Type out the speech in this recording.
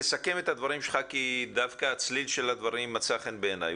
תסכם את הדברים שלך כי דווקא הצליל של הדברים מצא חן בעיניי.